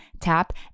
tap